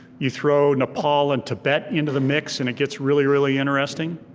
you throw nepal and tibet into the mix and it gets really, really interesting.